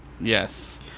Yes